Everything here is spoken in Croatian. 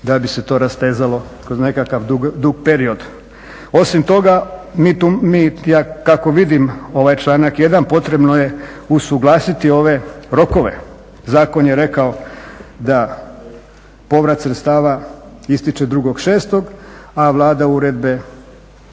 da bi se to rastezalo kroz nekakav dug period. Osim toga, mi, ja kako vidim, ovaj članak 1. potrebno je usuglasiti ove rokove. Zakon je rekao da povrat sredstava ističe 2.6. a Vlada uredbe je